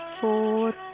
four